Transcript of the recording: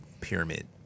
pyramid